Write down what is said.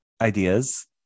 ideas